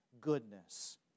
goodness